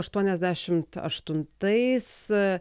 aštuoniasdešimt aštuntais